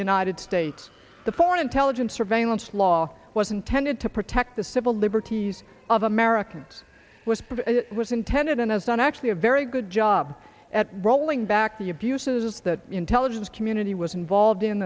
united states the foreign intelligence surveillance law was intended to protect the civil liberties of americans was it was intended in as an actually a very good job at rolling back the abuses that intelligence community was involved in